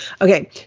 Okay